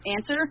answer